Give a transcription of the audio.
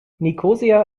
nikosia